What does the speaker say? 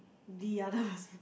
the other person